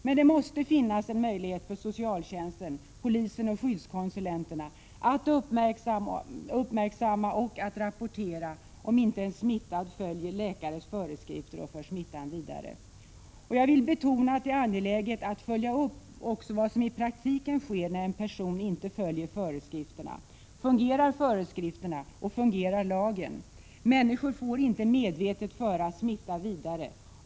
Men det måste finnas en möjlighet för socialtjänsten, polisen och skyddskonsulenterna att uppmärksamma och rapportera, om en smittad inte följer läkares föreskrifter utan för smittan vidare. Jag vill betona att det är angeläget att följa upp vad som i praktiken sker, när en person inte följer föreskrifterna. Fungerar föreskrifterna? Fungerar lagen? Människor får inte medvetet föra smittan vidare.